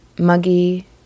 muggy